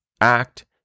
act